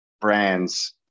brands